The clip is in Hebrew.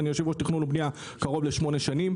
אני יו"ר תכנון ובניה קרוב לשמונה שנים,